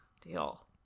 Deal